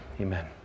Amen